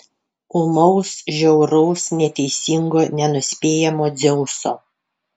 ūmaus žiauraus neteisingo nenuspėjamo dzeuso